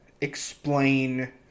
explain